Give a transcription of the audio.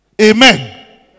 Amen